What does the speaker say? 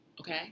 Okay